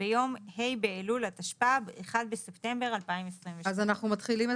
ביום ה' באלול התשפ"ב (1 בספטמבר 2022). אז אנחנו מתחילים את